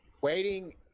Waiting